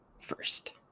first